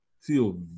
feel